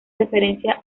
referencia